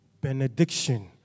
Benediction